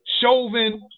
Chauvin